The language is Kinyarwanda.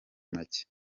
make